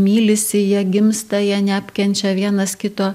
mylisi jie gimsta jie neapkenčia vienas kito